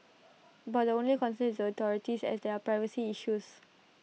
but the only concern is the authorities as there are privacy issues